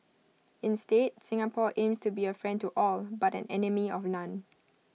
instead Singapore aims to be A friend to all but an enemy of none